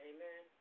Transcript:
Amen